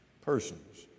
persons